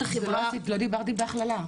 לא דיברתי בהכללה.